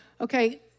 Okay